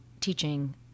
teaching